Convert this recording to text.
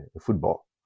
football